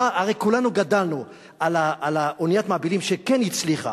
הרי כולנו גדלנו על אוניית המעפילים שכן הצליחה,